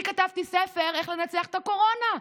אני כתבתי ספר איך לנצח את הקורונה,